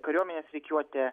kariuomenės rikiuotė